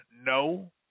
No